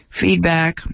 feedback